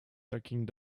taking